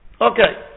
Okay